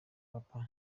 papa